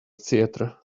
theater